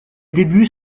débuts